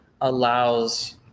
allows